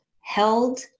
held